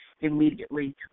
immediately